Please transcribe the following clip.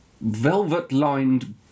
velvet-lined